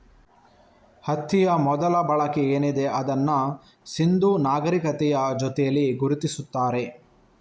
ಹತ್ತಿಯ ಮೊದಲ ಬಳಕೆ ಏನಿದೆ ಅದನ್ನ ಸಿಂಧೂ ನಾಗರೀಕತೆಯ ಜೊತೇಲಿ ಗುರುತಿಸ್ತಾರೆ